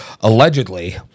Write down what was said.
allegedly